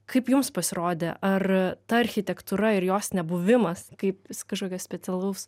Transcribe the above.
kaip jums pasirodė ar ta architektūra ir jos nebuvimas kaip kažkokio specialaus